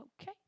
Okay